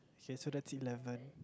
okay that's eleven